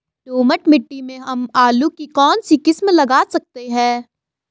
दोमट मिट्टी में हम आलू की कौन सी किस्म लगा सकते हैं?